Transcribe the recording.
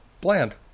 bland